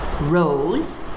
Rose